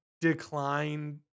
decline